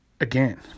again